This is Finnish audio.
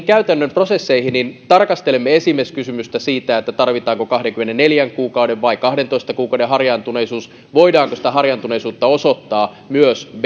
käytännön prosesseihin niin tarkastelemme esimieskysymystä siitä tarvitaanko kahdenkymmenenneljän kuukauden vai kahdentoista kuukauden harjaantuneisuus voidaanko harjaantuneisuutta osoittaa myös